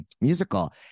musical